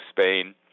Spain